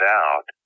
out